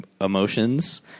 emotions